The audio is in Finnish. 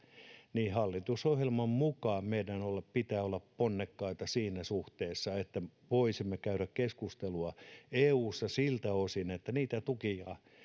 niin hallitusohjelman mukaan meidän pitää olla ponnekkaita siinä suhteessa että voisimme käydä keskustelua eussa siltä osin että niitä tukia